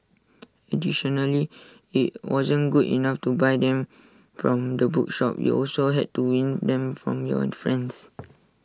additionally IT wasn't good enough to buy them from the bookshop you also had to win them from your friends